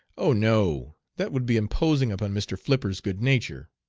oh no! that would be imposing upon mr. flipper's good nature.